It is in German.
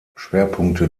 schwerpunkte